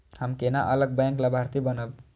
हम केना अलग बैंक लाभार्थी बनब?